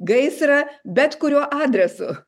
gaisrą bet kuriuo adresu